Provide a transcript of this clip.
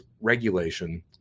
regulation